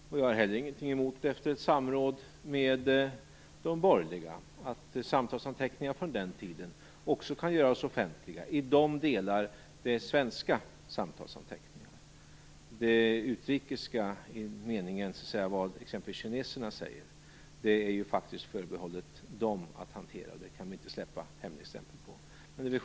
Och jag har inte heller någonting emot - efter ett samråd med de borgerliga partierna - att samtalsanteckningar från den borgerliga tiden också kan göras offentliga i de delar som rör svenska samtalsanteckningar. Vad t.ex. kineserna säger är faktiskt förbehållet dem att hantera, och där kan vi inte släppa hemligstämpeln.